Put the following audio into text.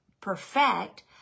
perfect